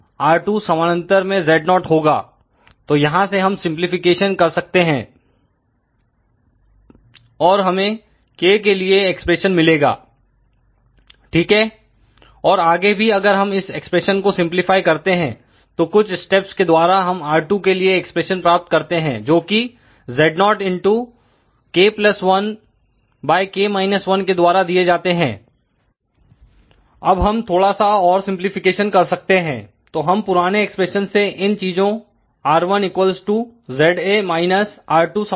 Z0 होगा तो यहां से हम सिंपलीफिकेशन कर सकते हैं और हमें k के लिए एक्सप्रेशन मिलेगा ठीक है और आगे भी अगर हम इस एक्सप्रेशन को सिंपलीफाई करते हैं तो कुछ स्टेप्स के द्वारा हम R2 के लिए एक्सप्रेशन प्राप्त करते हैं जोकि Z0 k 1 के द्वारा दिए जाते हैं अब हम थोड़ा सा और सिंपलीफिकेशन कर सकते हैं तो हम पुराने एक्सप्रेशन से इन चीजों R1 ZA R2